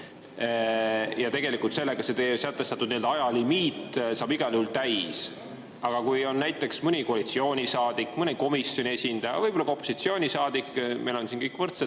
anda, siis sellega see teie sätestatud ajalimiit saab igal juhul täis. Aga kui on näiteks mõni koalitsioonisaadik, mõni komisjoni esindaja, võib-olla ka opositsioonisaadik – meil on siin kõik võrdsed